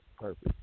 Perfect